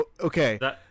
Okay